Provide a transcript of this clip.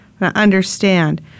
Understand